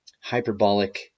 hyperbolic